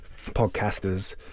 podcasters